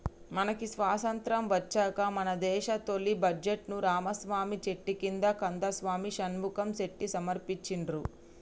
మనకి స్వతంత్రం వచ్చాక మన దేశ తొలి బడ్జెట్ను రామసామి చెట్టి కందసామి షణ్ముఖం చెట్టి సమర్పించిండ్రు